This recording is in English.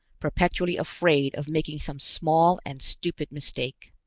perpetually afraid of making some small and stupid mistake.